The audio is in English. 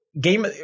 game